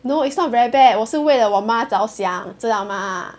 no it's not very bad 我是为了我妈着想知道吗